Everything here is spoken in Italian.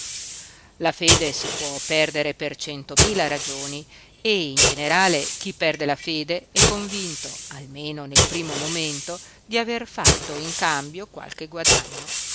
la fede si può perdere per centomila ragioni e in generale chi perde la fede è convinto almeno nel primo momento di aver fatto in cambio qualche guadagno